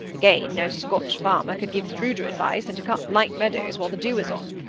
again, no scotch farmer could give shrewder advice than to cut light meadows while the dew is on,